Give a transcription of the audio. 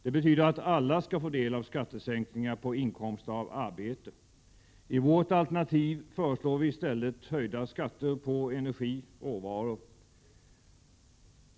Det betyder att alla skall få del av skattesänkningar på inkomster av arbete. I vårt alternativ föreslås i stället höjda skatter på energi och råvaror.